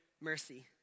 mercy